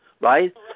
right